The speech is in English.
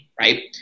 right